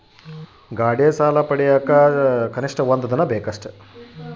ಗಾಡೇ ಸಾಲ ಪಡಿಯಾಕ ಎಷ್ಟು ದಿನ ಬೇಕು?